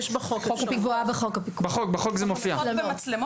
בחוק זה מופיע.